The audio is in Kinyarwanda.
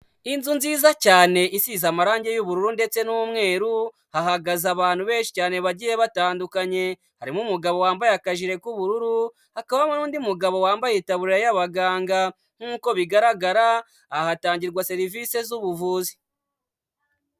Inzu nziza cyane isize amarangi y'ubururu ndetse n'umweru, hagaze abantu benshi cyane bagiye batandukanye, harimo umugabo wambaye akajire k'ubururu, hakaba harimo n'undi mugabo wambaye itaburaye y'abaganga. Nk'uko bigaragara, aha hatangirwa serivisi z'ubuvuzi.